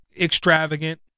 extravagant